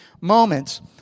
moments